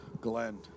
Glenn